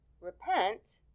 repent